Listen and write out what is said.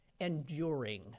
enduring